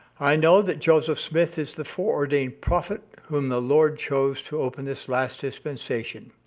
i know that joseph smith is the foreordained prophet whom the lord chose to open this last dispensation.